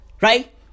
right